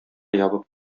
ябып